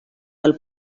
del